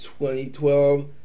2012